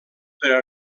però